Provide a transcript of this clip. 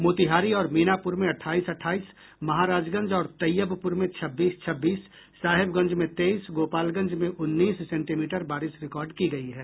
मोतिहारी और मीनापुर में अठाईस अठाईस महाराजगंज और तैयबपुर में छब्बीस छब्बीस साहेबगंज में तेईस गोपालगंज में उन्नीस सेंटीमीटर बारिश रिकॉर्ड की गयी है